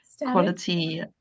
quality